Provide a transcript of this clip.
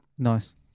Nice